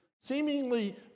seemingly